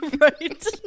right